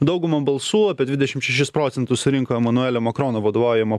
daugumą balsų apie dvidešim šešis procentus surinko emanuelio makrono vadovaujama politinė centristų